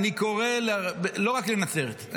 אני קורא לא רק לנצרת,